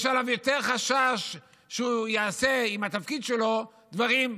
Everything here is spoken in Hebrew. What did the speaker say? יש עליו יותר חשש שהוא יעשה עם התפקיד שלו דברים פסולים,